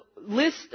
list